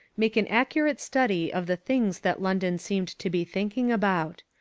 make an accurate study of the things that london seemed to be thinking about.